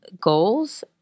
Goals